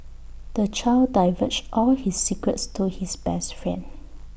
the child divulged all his secrets to his best friend